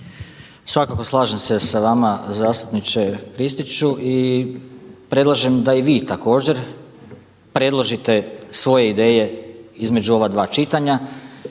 Svakako slažem se sa vama zastupniče Kristiću i predlažem da i vi također predložite svoje ideje između ova dva čitanja